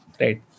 Right